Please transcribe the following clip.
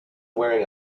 wearing